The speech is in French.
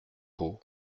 pau